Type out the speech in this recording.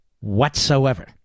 whatsoever